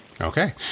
Okay